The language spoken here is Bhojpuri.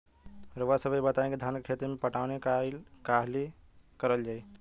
रउवा सभे इ बताईं की धान के खेती में पटवान कई हाली करल जाई?